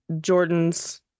Jordan's